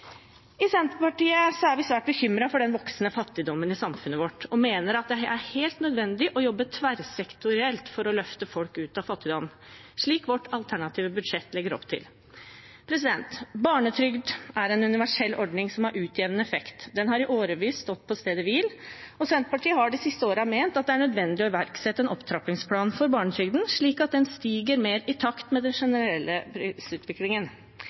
I Senterpartiet er vi svært bekymret for den voksende fattigdommen i samfunnet vårt og mener det er helt nødvendig å jobbe tverrsektorielt for å løfte folk ut av fattigdom, slik vårt alternative budsjett legger opp til. Barnetrygd er en universell ordning som har utjevnende effekt. Den har i årevis stått på stedet hvil, og Senterpartiet har de siste årene ment at det er nødvendig å iverksette en opptrappingsplan for barnetrygden, slik at den stiger mer i takt med den generelle prisutviklingen.